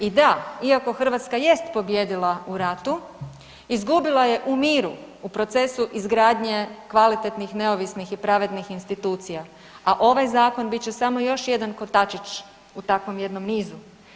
I da, iako Hrvatska jest pobijedila u ratu, izgubila je u miru u procesu izgradnje kvalitetnih, neovisnih i pravednih institucija, a ovaj zakon bit će samo još jedan kotačić u takvom jednom nizu.